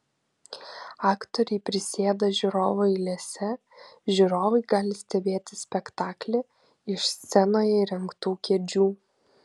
aktoriai prisėda žiūrovų eilėse žiūrovai gali stebėti spektaklį iš scenoje įrengtų kėdžių